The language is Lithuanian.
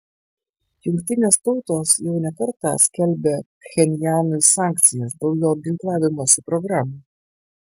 jungtinės tautos jau ne kartą skelbė pchenjanui sankcijas dėl jo ginklavimosi programų